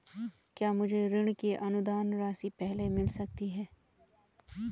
क्या मुझे ऋण की अनुदान राशि पहले मिल सकती है?